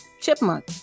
Chipmunk